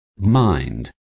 mind